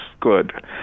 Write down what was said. good